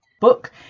book